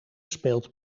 speelt